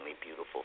beautiful